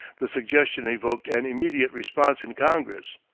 the suggestion evoked an immediate response in congress.